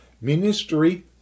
Ministry